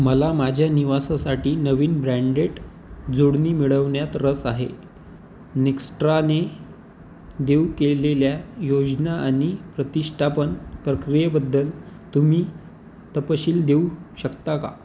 मला माझ्या निवासासाठी नवीन ब्रँडेड जोडणी मिळवण्यात रस आहे निकस्ट्राने देवू केलेल्या योजना आणि प्रतिष्ठापन प्रक्रियेबद्दल तुम्ही तपशील देऊ शकता का